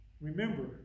Remember